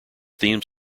theme